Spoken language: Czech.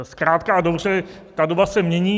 Zkrátka a dobře ta doba se mění.